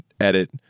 edit